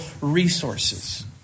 resources